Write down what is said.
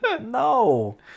No